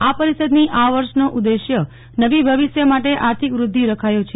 આ પરિષદની આ વર્ષનો ઉદેશ્ય નવીન ભવિષ્ય માટે આર્થિક વ્રધ્ધિ રખાયો છે